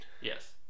Yes